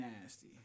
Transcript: nasty